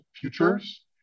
futures